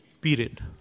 Period